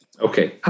okay